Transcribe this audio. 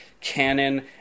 canon